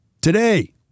Today